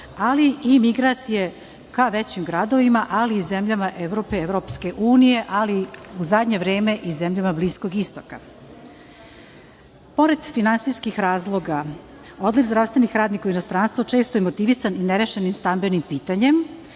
ali i migraciji ka većim gradovima, ali i zemljama Evropske unije, ali u zadnje vreme i zemlje Bliskog istoka. Pored finansijskih razloga, odliv zdravstvenih radnika u inostranstvo često je motivisan i nerešenim stambenim pitanjem,